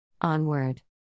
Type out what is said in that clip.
onward